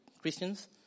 Christians